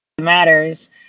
matters